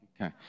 Okay